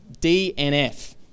DNF